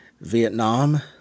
Vietnam